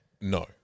No